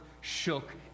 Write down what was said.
shook